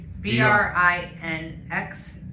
B-R-I-N-X